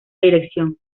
dirección